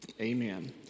Amen